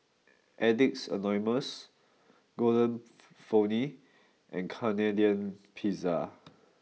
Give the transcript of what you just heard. addicts Anonymous Golden Peony and Canadian Pizza